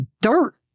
dirt